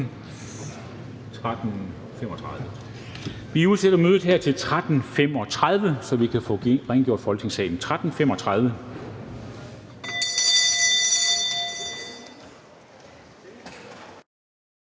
hermed udsætte mødet til kl. 13.35, så vi kan få rengjort Folketingssalen.